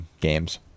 games